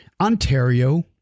Ontario